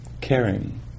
caring